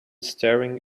staring